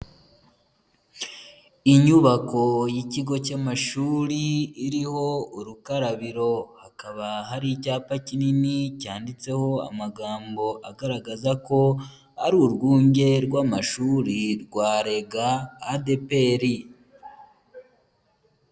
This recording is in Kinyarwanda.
Inyubako y'ikigo cy'amashuri iriho urukarabiro. Hakaba hari icyapa kinini cyanditseho amagambo agaragaza ko ari urwunge rw'amashuri rwa Rega ADPER.